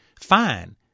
fine